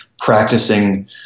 practicing